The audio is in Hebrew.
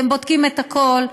הם בודקים את הכול,